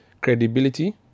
credibility